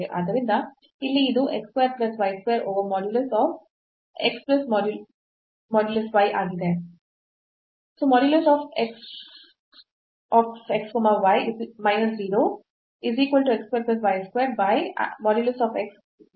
ಆದ್ದರಿಂದ ಇಲ್ಲಿ ಇದು x square plus y square over modulus x plus modulus y ಆಗಿದೆ